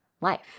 life